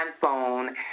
phone